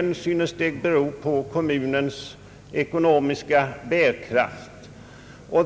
i skilda kommuner, men dels också på att kommunernas ekonomiska bärkraft är mycket olika.